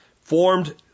formed